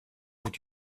would